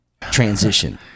transition